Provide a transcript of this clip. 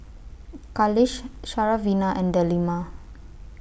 Khalish Syarafina and Delima